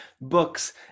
books